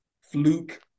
fluke